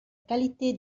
qualité